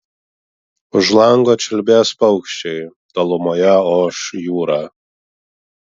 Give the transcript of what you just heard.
už lango čiulbės paukščiai tolumoje oš jūra